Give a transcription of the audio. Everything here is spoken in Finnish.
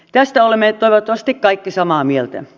tästä olemme toivottavasti kaikki samaa mieltä